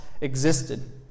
existed